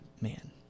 man